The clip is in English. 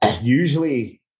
usually